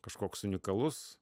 kažkoks unikalus